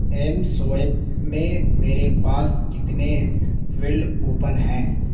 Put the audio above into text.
M swipe میں میرے پاس کتنے ویلڈ کوپن ہیں